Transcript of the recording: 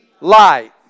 light